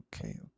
okay